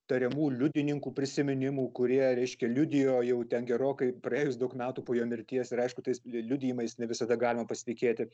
tariamų liudininkų prisiminimų kurie reiškia liudijo jau ten gerokai praėjus daug metų po jo mirties ir aišku tais liudijimais ne visada galima pasitikėti